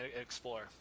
explore